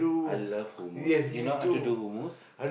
I love hummus you know how to do hummus